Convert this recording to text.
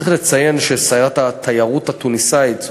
צריך לציין ששרת התיירות התוניסאית,